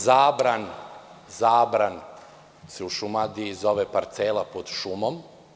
Zabran se u Šumadiji zove parcela pod šumom.